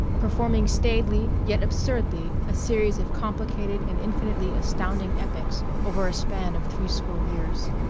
performing staidly yet absurdly a series of complicated and infinitely astounding epics over a span of threescore years.